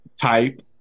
type